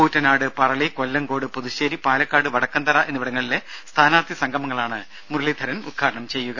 കൂറ്റനാട് പറളി കൊല്ലങ്കോട് പുതുശ്ശേരി പാലക്കാട് വടക്കന്തറ എന്നിവിടങ്ങളിലെ സ്ഥാനാർത്ഥി സംഗമങ്ങളാണ് മുരളീധരൻ ഉദ്ഘാടനം ചെയ്യുക